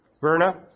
Verna